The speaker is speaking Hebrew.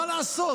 מה לעשות,